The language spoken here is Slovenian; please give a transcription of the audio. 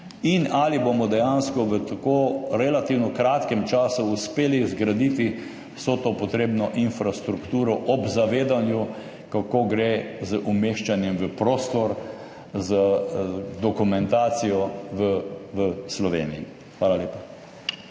in ali bomo dejansko v tako relativno kratkem času uspeli zgraditi vso to potrebno infrastrukturo ob zavedanju, kako gre z umeščanjem v prostor, z dokumentacijo v Sloveniji. Hvala lepa.